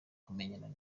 kubamenya